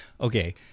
Okay